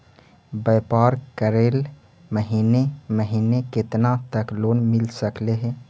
व्यापार करेल महिने महिने केतना तक लोन मिल सकले हे?